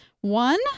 one